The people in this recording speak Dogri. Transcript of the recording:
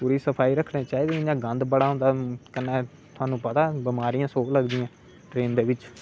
पूरी सफाई रक्खनी चाहिदी इयां गंद बड़ा होंदा कन्नै थहानू पता ऐ बिमारियां सौ लगदियां ट्रेन दे बिच